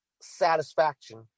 satisfaction